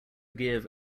give